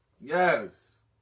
Yes